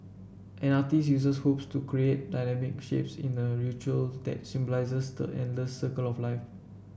an artiste uses hoops to create dynamic shapes in a ritual that symbolises the endless circle of life